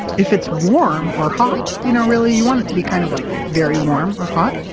if it's warm or hot. you know. really, you want it to be kind of like very warm or hot.